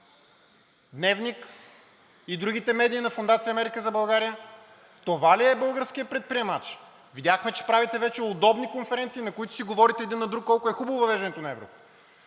„Дневник“ и другите медии на фондация „Америка за България“?! Това ли е българският предприемач?! Видяхме, че правите вече удобни конференции, на които си говорите един на друг колко е хубаво въвеждането на еврото.